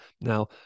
Now